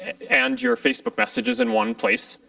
and your facebook messages in one place.